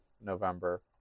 November